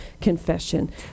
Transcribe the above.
confession